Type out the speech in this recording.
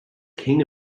king